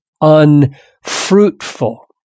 unfruitful